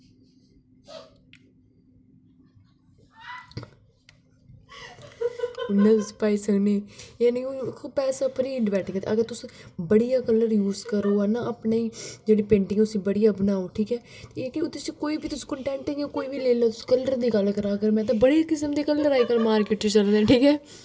जिन्ना पाई सकनी एह् नेईं कि पैसे उप्पर ही अगर तुस बढ़िया कलर दे चूज करो अपनी पैंटिंग उसी बढ़िया बनाओ ठीक ऐ एह् के ओहदे च कोई बी कन्टेट इयां कोई बी लेई लो कलर दी गल्ल करां अगर में तां बड़ी किस्म दे कलर अजकल मार्किट च लभदे ना ठीक ऐ